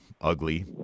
ugly